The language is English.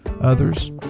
Others